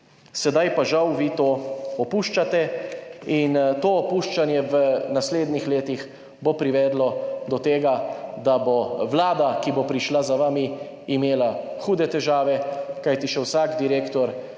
Sedaj pa žal vi to opuščate in to opuščanje v naslednjih letih bo privedlo do tega, da bo vlada, ki bo prišla za vami, imela hude težave, kajti še vsak direktor DRSI